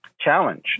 challenge